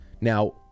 now